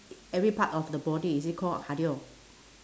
every part of the body is it called cardio